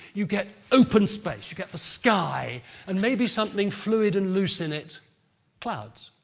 you get open space, you get the sky and maybe something fluid and loose in it clouds.